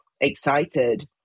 excited